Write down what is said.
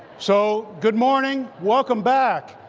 so good morning. welcome back.